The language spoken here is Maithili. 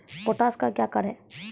पोटास का क्या कार्य हैं?